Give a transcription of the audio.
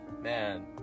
Man